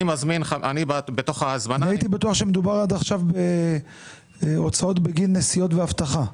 אני בתוך ההזמנה- -- הייתי בטוח שמדובר בהוצאות בגין נסיעות ואבטחה.